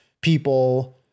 people